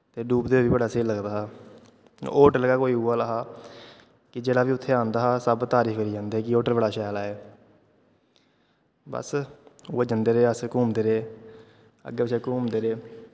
ते डुबदे बी बड़ा स्हेई लगदा हा होटल गै कोई उ'ऐ लेआ हा कि जेह्ड़ा बी उत्थें आंदा हा सब तारीफ करियै जंदा हा कि होटल बड़ा शैल ऐ बस उ'ऐ जंदे रेह् अस घूमदे रेह् अग्गें पिच्छें घूमदे रेह्